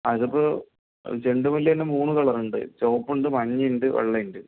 അത് ഇപ്പോൾ ചെണ്ടുമല്ലി തന്നെ മൂന്ന് കളർ ഉണ്ട് ചുമപ്പ് ഉണ്ട് മഞ്ഞ ഉണ്ട് വെള്ള ഉണ്ട്